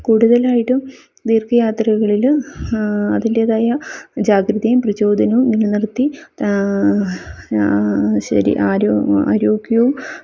കൂടുതലായിട്ടും ദീർഘയാത്രകളില് അതിന്റേതായ ജാഗ്രതയും പ്രചോദനവും നിലനിർത്തി ആരോഗ്യവും